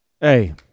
hey